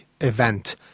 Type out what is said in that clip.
event